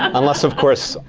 um unless of course,